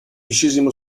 xiv